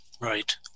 Right